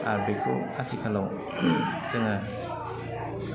आरो बेखौ आथिखालाव जोङो